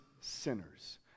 sinners